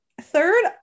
third